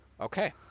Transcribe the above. Okay